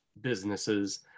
businesses